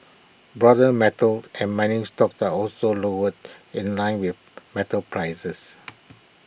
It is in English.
broader metals and mining stocks were also lower in line with metal prices